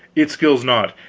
it skills not,